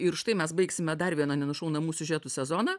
ir štai mes baigsime dar vieną nenušaunamų siužetų sezoną